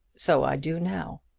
so i do now.